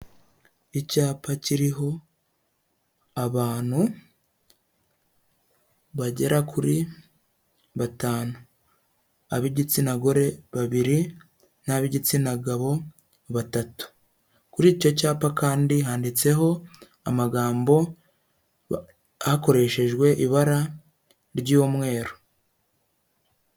Icyapa kiriho abantu bagera kuri batanu, ab'igitsina gore babiri, n'abigitsina gabo batatu, kuri icyo cyapa kandi handitseho amagambo hakoreshejwe ibara ry'umweru.